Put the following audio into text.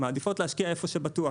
מעדיפות להשקיע איפה שבטוח,